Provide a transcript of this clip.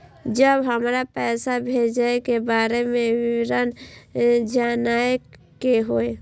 जब हमरा पैसा भेजय के बारे में विवरण जानय के होय?